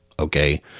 okay